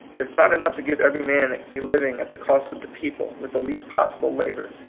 it is not enough to give every man a living at the cost of the people, with the least possible labor.